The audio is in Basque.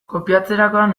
kopiatzerakoan